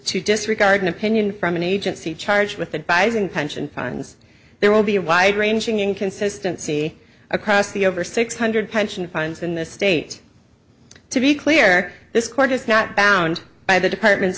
to disregard an opinion from an agency charged with advise and pension funds there will be a wide ranging in consistency across the over six hundred pension funds in the state to be clear this court is not bound by the department